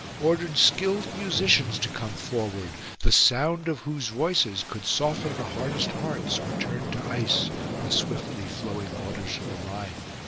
ordered skilled musicians to come forward, the sound of whose voices could soften the hardest hearts or turn to ice the swiftly flowing waters of the rhine.